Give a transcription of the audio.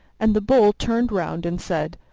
and the bull turned round and said,